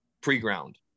pre-ground